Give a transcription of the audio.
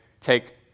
Take